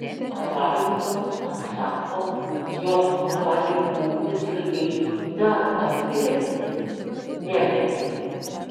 chaimas atsako jog gali būti su jais dar atviresnis nemetė